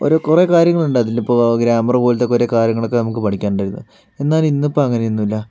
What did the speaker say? ഓരോ കുറെ കാര്യങ്ങളുണ്ട് അതിലിപ്പോൾ ഗ്രാമറ് പോലത്തെ കുറേ കാര്യങ്ങളൊക്കെ നമുക്ക് പഠിക്കാൻ ഉണ്ടായിരുന്നു എന്നാൽ ഇന്ന് ഇപ്പോൾ അങ്ങനെ ഒന്നുമില്ല